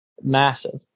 Massive